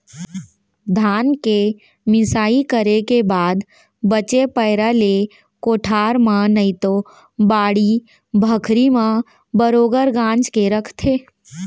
धान के मिंसाई करे के बाद बचे पैरा ले कोठार म नइतो बाड़ी बखरी म बरोगर गांज के रखथें